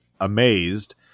amazed